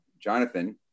Jonathan